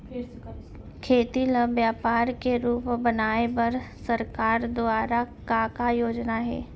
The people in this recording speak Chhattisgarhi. खेती ल व्यापार के रूप बनाये बर सरकार दुवारा का का योजना हे?